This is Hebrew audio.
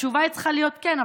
התשובה צריכה להיות כן,